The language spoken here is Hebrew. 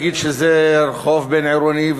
להגיד שזה רחוב בין-עירוני,